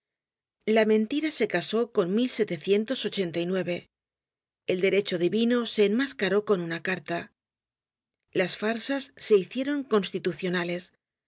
la mentira se casó con el derecho divino se enmascaró con una carta las farsas se hicieron constitucionales